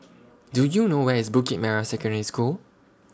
Do YOU know Where IS Bukit Merah Secondary School